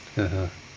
(uh huh)